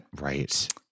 Right